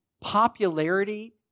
popularity